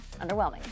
underwhelming